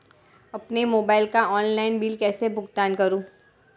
अपने मोबाइल का online bill कैसे भुगतान करूं?